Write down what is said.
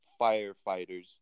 firefighters